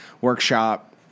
workshop